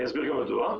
אני אסביר גם מדוע,